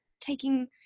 Taking